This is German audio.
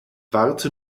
warte